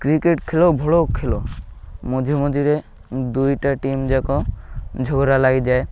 cricket ଖେଲ ଭଳ ଖେଲୋ ମଝି ମଝିରେ ଦୁଇଟା ଟିମ୍ ଯାକ ଝଗଡ଼ା ଲାଗିଯାଏ